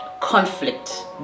conflict